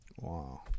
Wow